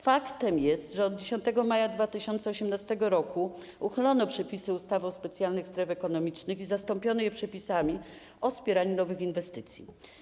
Faktem jest, że 10 maja 2018 r. uchylono przepisy ustawy o specjalnych strefach ekonomicznych i zastąpiono je przepisami o wspieraniu nowych inwestycji.